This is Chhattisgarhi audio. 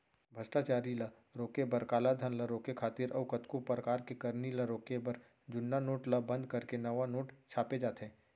भस्टाचारी ल रोके बर, कालाधन ल रोके खातिर अउ कतको परकार के करनी ल रोके बर जुन्ना नोट ल बंद करके नवा नोट छापे जाथे